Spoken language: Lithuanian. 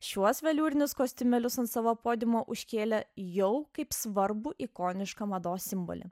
šiuos veliūrinius kostiumėlius ant savo podiumo užkėlė jau kaip svarbų ikonišką mados simbolį